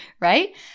Right